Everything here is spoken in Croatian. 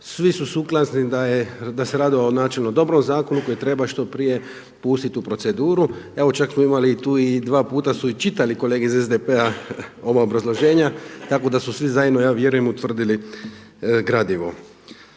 svi su sukladni da se radi u načelu dobrom zakonu koji treba što prije pustiti u proceduru. Evo čak smo imali tu i dva puta su i čitali kolege iz SDP-a ova obrazloženja, tako da su svi zajedno ja vjerujem utvrdili gradivo.